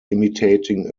imitating